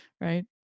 Right